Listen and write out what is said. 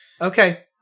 Okay